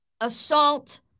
assault